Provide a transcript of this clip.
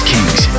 Kings